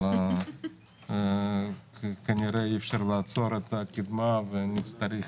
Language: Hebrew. אבל כנראה שאי אפשר לעצור את הקדמה ונצטרך